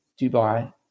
Dubai